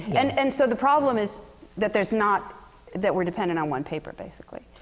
and and so, the problem is that there's not that we're dependent on one paper, basically.